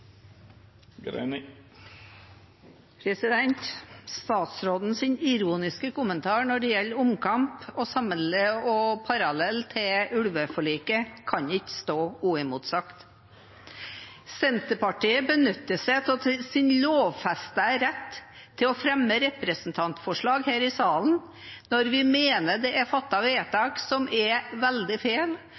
ironiske kommentar når det gjelder omkamp og parallell til ulveforliket kan ikke stå uimotsagt. Senterpartiet benytter seg av sin lovfestede rett til å fremme representantforslag her i salen når vi mener det er fattet vedtak som er veldig feil,